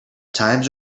times